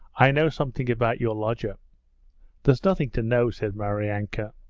i know something about your lodger there's nothing to know said maryanka.